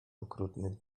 okrutnych